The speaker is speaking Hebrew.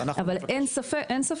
אבל אין ספק.